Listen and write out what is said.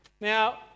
Now